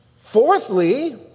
Fourthly